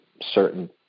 certain